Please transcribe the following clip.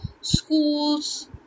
Schools